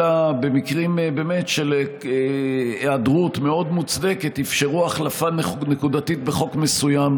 אלא רק במקרים של היעדרות מאוד מוצדקת אפשרו החלפה נקודתית בחוק מסוים,